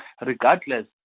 regardless